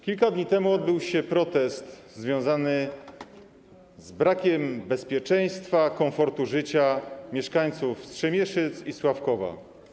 Kilka dni temu odbył się protest związany z brakiem bezpieczeństwa, komfortu życia mieszkańców Strzemieszyc i Sławkowa.